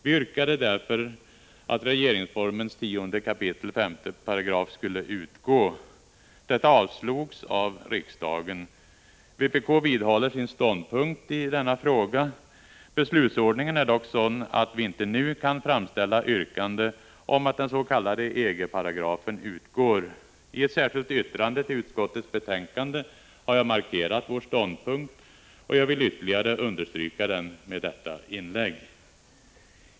Vi yrkade därför att regeringsformens 10 kap. 5 § skulle utgå. Detta avslogs av riksdagen. Vpk vidhåller sin ståndpunkt i denna fråga. Beslutsordningen är dock sådan att vi inte nu kan framställa yrkande om att dens.k. EG-paragrafen utgår. I ett särskilt yttrande till utskottets betänkande har jag markerat vår ståndpunkt, och jag vill ytterligare understryka den med detta inlägg.